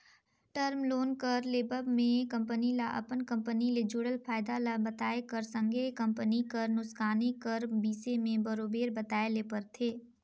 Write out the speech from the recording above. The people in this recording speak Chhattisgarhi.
टर्म लोन कर लेवब में कंपनी ल अपन कंपनी ले जुड़ल फयदा ल बताए कर संघे कंपनी कर नोसकानी कर बिसे में बरोबेर बताए ले परथे